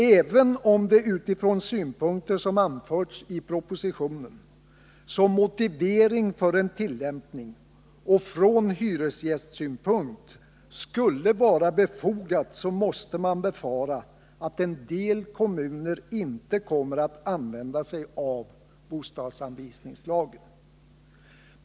Även om det utifrån synpunkter som anförts i propositionen, som motiv för en tillämpning, och från hyresgästsynpunkt skulle vara befogat, måste man befara att en del kommuner inte kommer att använda sig av bostadsanvisningslagen.